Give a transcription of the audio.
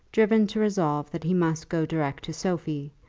driven to resolve that he must go direct to sophie,